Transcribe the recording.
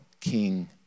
king